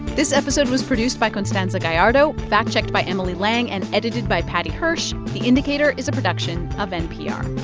this episode was produced by constanza gallardo, fact-checked by emily lang and edited by paddy hirsch. the indicator is a production of npr